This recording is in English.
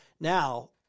Now